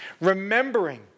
remembering